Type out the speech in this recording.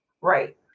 right